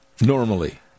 normally